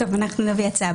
אנחנו נביא הצעה בעניין.